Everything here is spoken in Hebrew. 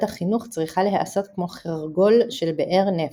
החינוך צריכה להעשות כמו חרגול של באר נפט,